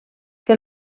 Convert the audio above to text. que